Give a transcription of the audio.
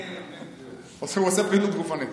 הוא עושה פעילות גופנית.